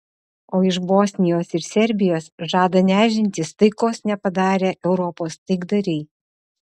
o iš bosnijos ir serbijos žada nešdintis taikos nepadarę europos taikdariai